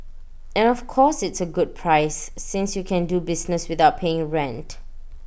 and of course it's A good price since you can do business without paying rent